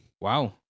Wow